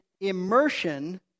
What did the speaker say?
immersion